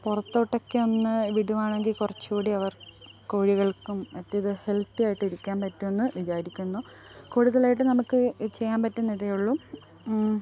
പുറത്തോട്ടൊക്കെ ഒന്ന് വിടുകയാണെങ്കിൽ കുറച്ചുകൂടി അവർ കോഴികൾക്കും മറ്റ് ഇത് ഹെൽത്തി ആയിട്ട് ഇരിക്കാൻ പറ്റും എന്ന് വിചാരിക്കുന്നു കൂടുതലായിട്ട് നമുക്ക് ഈ ചെയ്യാൻ പറ്റുന്നതേയുള്ളൂ